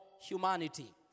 humanity